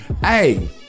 hey